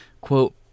Quote